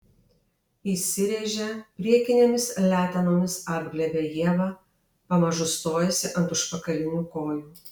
įsiręžia priekinėmis letenomis apglėbia ievą pamažu stojasi ant užpakalinių kojų